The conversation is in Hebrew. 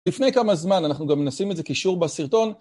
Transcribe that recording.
לפני כמה זמן, אנחנו גם נשים את זה כקישור בסרטון.